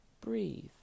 breathe